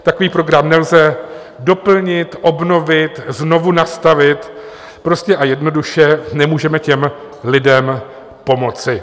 Takový program nelze doplnit, obnovit, znovu nastavit, prostě a jednoduše nemůžeme těm lidem pomoci.